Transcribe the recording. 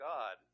God